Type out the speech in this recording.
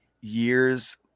years